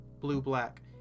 blue-black